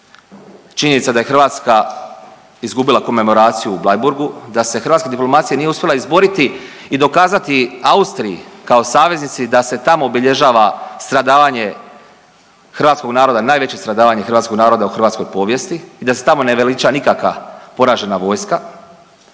činjenica da je Hrvatska izgubila komemoraciju u Bleiburgu, da se hrvatska diplomacija nije uspjela izboriti i dokazati Austriji kao saveznici da se tamo obilježava stradavanje hrvatskog naroda, najveće stradavanje hrvatskog naroda u hrvatskoj povijesti i da se tamo ne veliča nikakva poražena vojska,